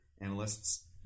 analysts